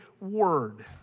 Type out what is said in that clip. word